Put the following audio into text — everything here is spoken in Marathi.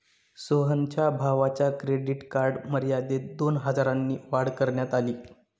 सोहनच्या भावाच्या क्रेडिट कार्ड मर्यादेत दोन हजारांनी वाढ करण्यात आली